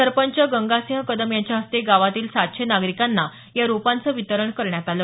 सरपंच गंगासिंह कदम यांच्या हस्ते गावातील सातशे नागरिकांना या रोपांचं वितरण करण्यात आलं